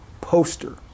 poster